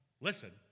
listen